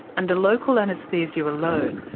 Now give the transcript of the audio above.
under local anaesthesia alone,